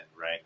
right